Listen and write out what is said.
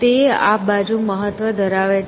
અને તે આ બાજુ મહત્વ ધરાવે છે